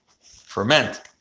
ferment